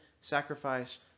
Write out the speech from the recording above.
sacrifice